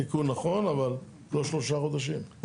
תיקון נכון, אבל לא שלושה חודשים.